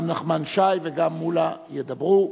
גם נחמן שי וגם מולה ידברו,